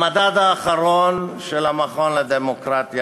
המדד האחרון של המכון לדמוקרטיה,